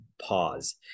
pause